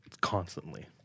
constantly